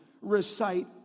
recite